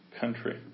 country